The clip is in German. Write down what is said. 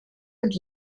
und